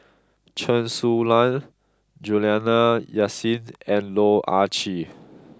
Chen Su Lan Juliana Yasin and Loh Ah Chee